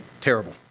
terrible